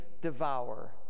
devour